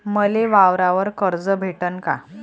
मले वावरावर कर्ज भेटन का?